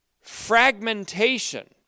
fragmentation